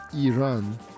Iran